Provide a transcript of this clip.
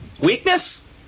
Weakness